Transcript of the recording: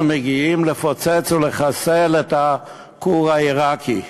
מגיעים לפוצץ ולחסל את הכור העיראקי.